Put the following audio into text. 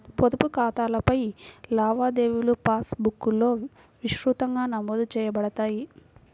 పొదుపు ఖాతాలపై లావాదేవీలుపాస్ బుక్లో విస్తృతంగా నమోదు చేయబడతాయి